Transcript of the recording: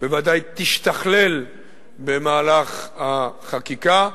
בוודאי תשתכלל במהלך החקיקה.